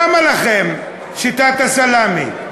למה לכם שיטת הסלאמי?